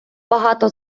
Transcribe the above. багато